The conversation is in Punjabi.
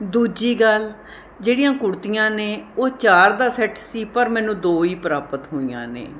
ਦੂਜੀ ਗੱਲ ਜਿਹੜੀਆਂ ਕੁੜਤੀਆਂ ਨੇ ਉਹ ਚਾਰ ਦਾ ਸੈਟ ਸੀ ਪਰ ਮੈਨੂੰ ਦੋ ਹੀ ਪ੍ਰਾਪਤ ਹੋਈਆਂ ਨੇ